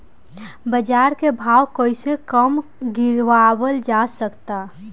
बाज़ार के भाव कैसे कम गीरावल जा सकता?